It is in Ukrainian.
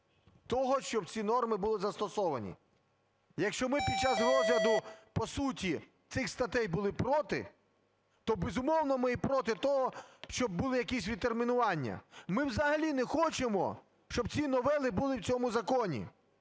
того, щоб ці норми були застосовані. Якщо ми під час розгляду по суті цих статей були проти, то, безумовно, ми і проти того, щоб були якісь відтермінування. Ми взагалі не хочемо, щоб ці новели були в цьому законі,